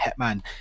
hitman